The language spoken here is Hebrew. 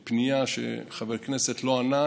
כשאני מקבל פנייה שחבר כנסת לא ענה,